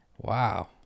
Wow